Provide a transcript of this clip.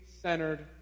centered